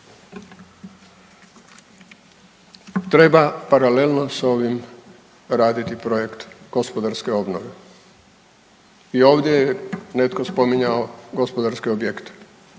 Treba paralelno s ovim raditi projekt gospodarske obnove. I ovdje je netko spominjao gospodarske objekte.